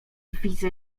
widzę